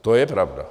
To je pravda.